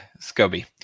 scoby